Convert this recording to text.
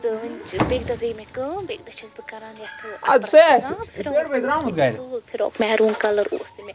تہٕ بیٚکہِ دۄہ گٔے مےٚ کٲم بیٚکہِ دۄہ چھیٚس بہٕ کَران یَتھ ٲں زوٗل فِراق میروٗن کَلَر اوس یہِ مےٚ